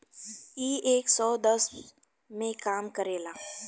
इ एक सौ दस देश मे काम करेला